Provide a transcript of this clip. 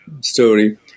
story